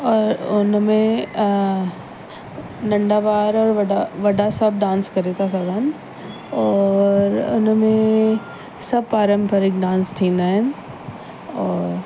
और हुन में नंढा ॿार वॾा ॿार वॾा सभु डांस करे था सघनि और हुन में सभु पारंपरिक डांस थींदा आहिनि और